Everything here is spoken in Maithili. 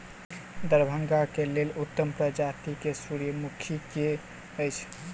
दरभंगा केँ लेल उत्तम प्रजाति केँ सूर्यमुखी केँ अछि?